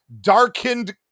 darkened